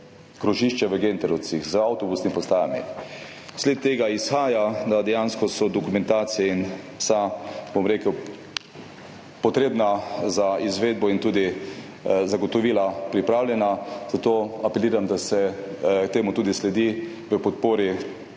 krožišče v Genterovcih z avtobusnimi postajami.« Iz tega izhaja, da so dejansko vsa dokumentacija, potrebna za izvedbo, in tudi zagotovila pripravljena, zato apeliram, da se temu tudi sledi v podpori